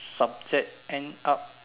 subject end up